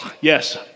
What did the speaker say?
Yes